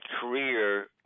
career